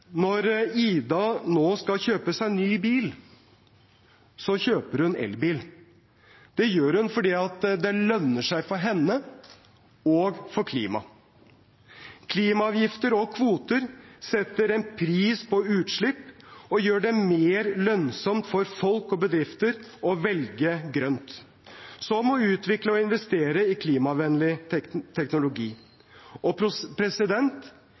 Når Ida nå skal kjøpe seg ny bil, kjøper hun elbil. Det gjør hun fordi det lønner seg for henne – og for klimaet. Klimaavgifter og kvoter setter en pris på utslipp og gjør det mer lønnsomt for folk og bedrifter å velge grønt, som å utvikle og investere i klimavennlig teknologi. Og